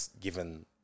given